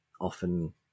often